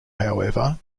however